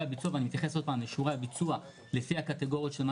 אני מתייחס לשיעורי הביצוע לפי הקטגוריות של מה